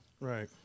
right